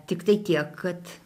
tiktai tiek kad